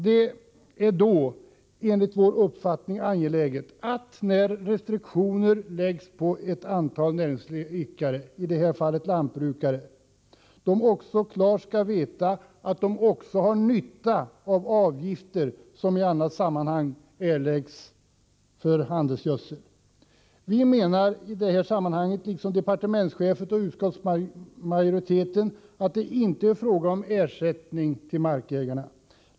Det är enligt vår uppfattning då angeläget att de näringsidkare — i detta fall lantbrukare — som åläggs restriktioner också klart skall få veta att de har nytta av avgifter som i annat sammanhang erläggs för handelsgödsel. Vi menar, liksom departementschefen och utskottsmajoriteten, att det i detta sammanhang inte är fråga om ersättning till markägarna.